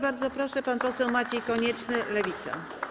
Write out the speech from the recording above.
Bardzo proszę, pan poseł Maciej Konieczny, Lewica.